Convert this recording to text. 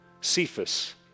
Cephas